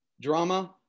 drama